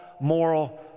moral